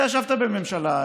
אתה ישבת בממשלה,